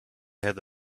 had